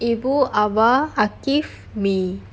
ibu abah akiff me